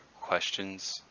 questions